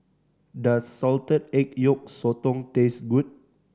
does salted egg yolk sotong taste good